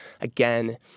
again